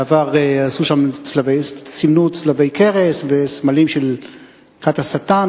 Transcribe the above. בעבר סימנו שם צלבי קרס וסמלים של "כת השטן",